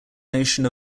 notion